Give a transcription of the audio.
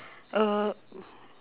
err